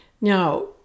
Now